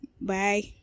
Bye